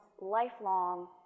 lifelong